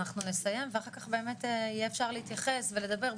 אנחנו נסיים ואחר כך באמת יהיה אפשר להתייחס ולדבר,